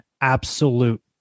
absolute